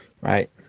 Right